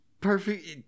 Perfect